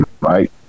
right